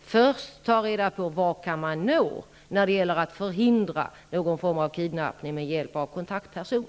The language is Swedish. först ta reda på i vilken mån man med hjälp av en kontaktperson kan förhindra kidnappning.